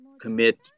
commit